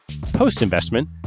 Post-investment